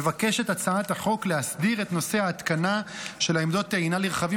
מבקשת הצעת החוק להסדיר את נושא ההתקנה של עמדות טעינה לרכבים